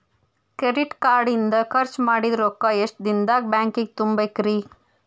Credit card ಇಂದ್ ಖರ್ಚ್ ಮಾಡಿದ್ ರೊಕ್ಕಾ ಎಷ್ಟ ದಿನದಾಗ್ ಬ್ಯಾಂಕಿಗೆ ತುಂಬೇಕ್ರಿ?